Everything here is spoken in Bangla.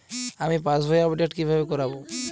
আমি পাসবই আপডেট কিভাবে করাব?